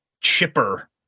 chipper